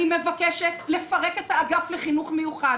אני מבקשת לפרק את האגף לחינוך מיוחד